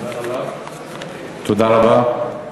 תודה רבה.